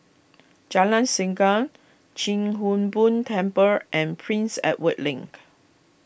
Jalan Segam Chia Hung Boo Temple and Prince Edward Link